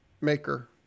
maker